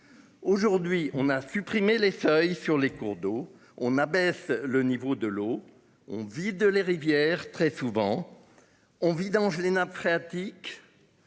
Aujourd'hui, on a supprimé les feuilles sur les cours d'eau on abaisse le niveau de l'eau, on vide les rivières très souvent. On vidange les nappes phréatiques.